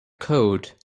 code